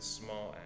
small